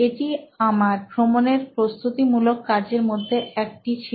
এটি আমার ভ্রমণের প্রস্তুতি মূলক কার্যের মধ্যে একটি ছিল